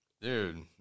Dude